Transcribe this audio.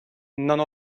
none